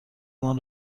مان